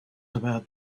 about